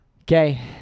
Okay